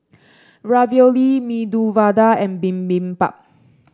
Ravioli Medu Vada and Bibimbap